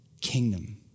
kingdom